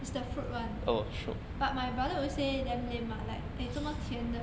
is the fruit one but my brother always say damn lame ah like eh 做么甜的